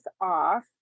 off